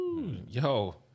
yo